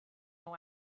nhw